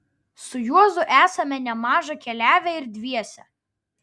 su juozu esame nemaža keliavę ir dviese